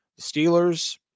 Steelers